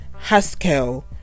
haskell